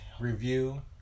review